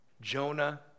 Jonah